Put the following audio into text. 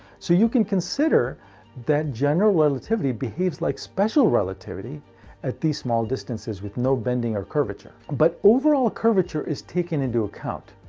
so you can consider that general relativity behaves like special relativity at these small distances with no bending or curvature. but overall curvature is taken into account.